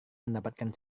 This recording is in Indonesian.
mendapatkan